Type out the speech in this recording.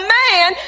man